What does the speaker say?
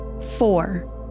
Four